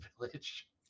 village